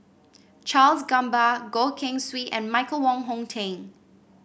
Charles Gamba Goh Keng Swee and Michael Wong Hong Teng